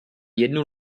jednu